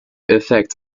effects